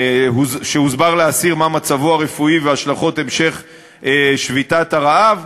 שהוסבר לאסיר מה מצבו הרפואי והשלכות המשך שביתת הרעב,